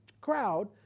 crowd